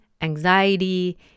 anxiety